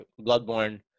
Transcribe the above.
Bloodborne